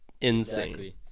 insane